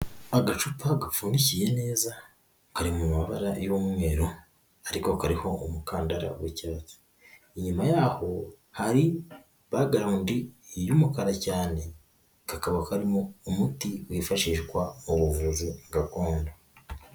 Agacupa gapfundikiye neza kari mu mabara y'umweru, ariko kariho umukandara w'icyatsi, inyuma y'aho hari bagarawundi y'umukara cyane, kakaba karimo umuti wifashishwa mu buvuzi gakondo.